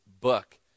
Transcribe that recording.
book